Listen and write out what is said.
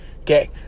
Okay